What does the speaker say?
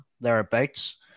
thereabouts